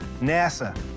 NASA